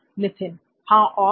नित्थिन हां और